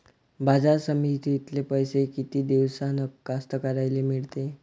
बाजार समितीतले पैशे किती दिवसानं कास्तकाराइले मिळते?